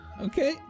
Okay